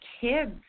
kids